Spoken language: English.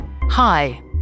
Hi